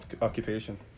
occupation